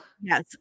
yes